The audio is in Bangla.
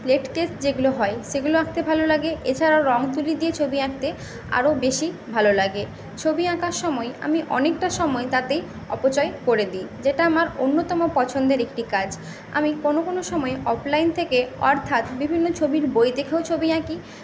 লেট কেস যেগুলো হয় সেগুলো আঁকতে ভালো লাগে এছাড়াও রঙ তুলি দিয়ে ছবি আঁকতে আরও বেশী ভালো লাগে ছবি আঁকার সময় আমি অনেকটা সময় তাতেই অপচয় করে দিই যেটা আমার অন্যতম পছন্দের একটি কাজ আমি কোনো কোনো সময় অফলাইন থেকে অর্থাৎ বিভিন্ন ছবির বই দেখেও ছবি আঁকি